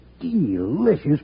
delicious